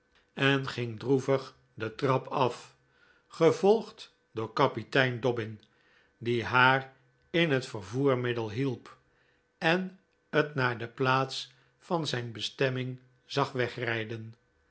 en ging droevig de trap af gevolgd door kapitein dobbin die haar in het vervoermiddel hielp en het naar de plaats van zijn bestemming zag wegrijden